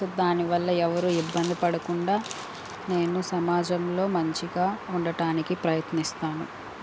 so దానివల్ల ఎవరు ఇబ్బంది పడకుండా నేను సమాజంలో మంచిగా ఉండటానికి ప్రయత్నిస్తాను